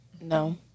No